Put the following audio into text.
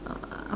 uh